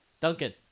Duncan